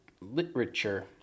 literature